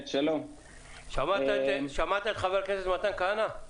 שמעת את חבר הכנסת מתן כהנא?